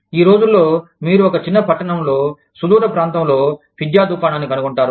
ఈ రోజుల్లో మీరు ఒక చిన్న పట్టణంలో సుదూర ప్రాంతంలో పిజ్జా దుకాణాన్ని కనుగొంటారు